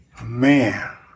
Man